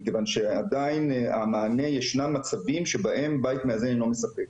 מכיוון שעדיין המענה ישנם מצבים שבהם בית מאזן לא מספק.